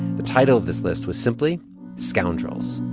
the title of this list was simply scoundrels.